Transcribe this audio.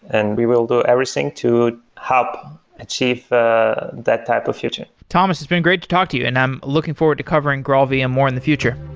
and we will do everything to help achieve that type of future. thomas, it's been great to talk to you, and i'm looking forward to covering graalvm yeah more in the future.